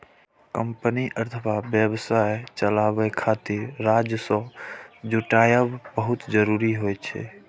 company अथवा व्यवसाय चलाबै खातिर राजस्व जुटायब बहुत जरूरी होइ छै